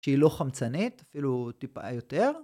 שהיא לא חמצנית, אפילו טיפה יותר.